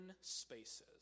spaces